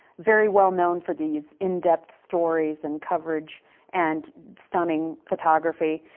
very well-known for these in-depth stories and coverage and stunning photography.